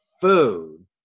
food